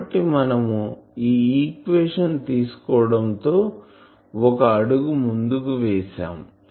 కాబట్టి మనము ఈ ఈక్వేషన్ తీసుకోవడం తో ఒక అడుగు ముందుకు వేసాం